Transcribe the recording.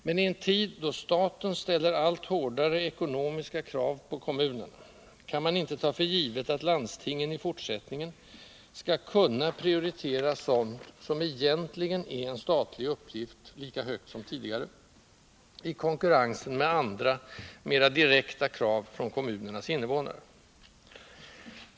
Men i en tid då staten ställer allt hårdare ekonomiska krav på kommunerna kan man inte ta för givet att landstingen i fortsättningen skall kunna prioritera sådant som egentligen är en statlig uppgift lika högt som tidigare, i konkurrensen med andra mera direkta krav från kommunernas innevånare.